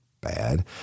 bad